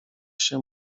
się